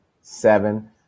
seven